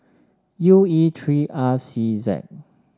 U E three R C Z